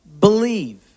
believe